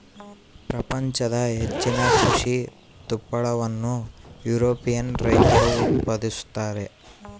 ಪ್ರಪಂಚದ ಹೆಚ್ಚಿನ ಕೃಷಿ ತುಪ್ಪಳವನ್ನು ಯುರೋಪಿಯನ್ ರೈತರು ಉತ್ಪಾದಿಸುತ್ತಾರೆ